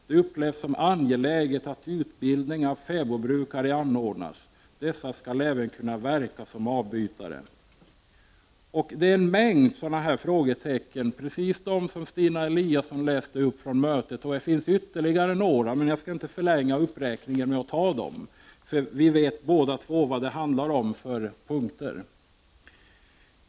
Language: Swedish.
Det upplevs som angeläget att utbildningen av fäbodbrukare anordnas. Dessa skall även kunna verka som avbytare. Det finns en mängd sådana här frågetecken som togs upp på mötet. Det var just de frågetecknen från mötet som Stina Eliasson just läste upp, och det finns ytterligare några. Men jag skall inte förlänga uppräkningen genom att nämna dem. Vi vet båda två vilka punkter det handlar om.